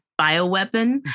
bioweapon